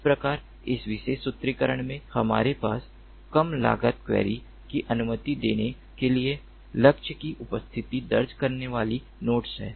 इस प्रकार इस विशेष सूत्रीकरण में हमारे पास कम लागत क्वेरी की अनुमति देने के लिए लक्ष्य की उपस्थिति दर्ज करने वाली नोड्स हैं